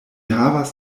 havas